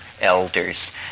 elders